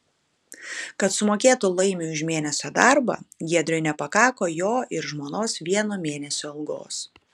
kad sumokėtų laimiui už mėnesio darbą giedriui nepakako jo ir žmonos vieno mėnesio algos